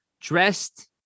dressed